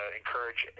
encourage